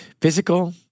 physical